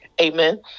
Amen